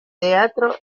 teatro